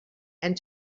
and